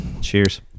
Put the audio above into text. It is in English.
cheers